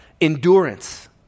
endurance